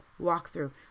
walkthrough